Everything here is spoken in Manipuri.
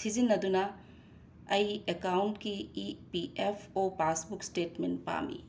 ꯁꯤꯖꯤꯟꯅꯗꯨꯅ ꯑꯩ ꯑꯦꯀꯥꯎꯟꯀꯤ E P F O passbook statement ꯄꯥꯝꯃꯤ